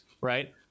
right